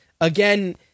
again